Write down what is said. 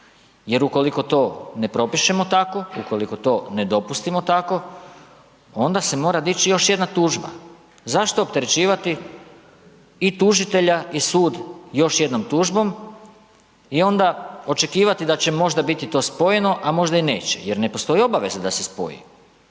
jer ukoliko to ne propišemo tako, ukoliko to ne dopustimo tako, onda se mora dići još jedna tužba. Zašto opterećivati i tužitelja i sud još jednom tužbom i onda očekivati da će možda biti to spojeno a možda i neće jer ne postoji obaveza da se spoji?